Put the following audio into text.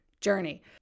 journey